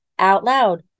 OUTLOUD